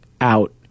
out